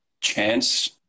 chance